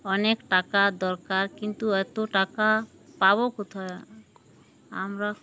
অনেক টাকা দরকার কিন্তু এতো টাকা পাবো কোথায়ও আমরা